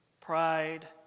pride